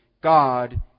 God